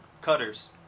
cutters